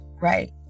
right